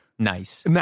nice